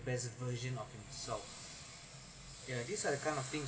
best version of so yeah these are the kind of thing